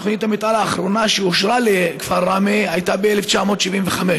תוכנית המתאר האחרונה שאושרה לכפר ראמה הייתה ב-1975.